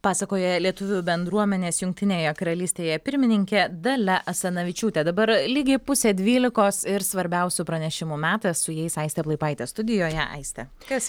pasakoja lietuvių bendruomenės jungtinėje karalystėje pirmininkė dalia asanavičiūtė dabar lygiai pusė dvylikos ir svarbiausių pranešimų metas su jais aistė plaipaitė studijoje aiste kas